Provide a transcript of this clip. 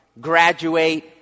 graduate